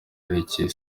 yerekeye